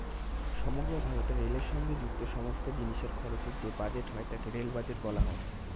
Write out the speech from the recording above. সমগ্র ভারতে রেলের সঙ্গে যুক্ত সমস্ত জিনিসের খরচের যে বাজেট হয় তাকে রেল বাজেট বলা হয়